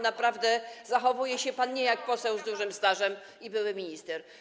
Naprawdę nie zachowuje się pan jak poseł z dużym stażem i były minister.